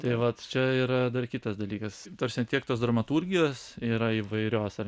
tai vat čia yra dar kitas dalykas ta prasme kiek tos dramaturgijos yra įvairios ar